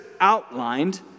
outlined